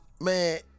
Man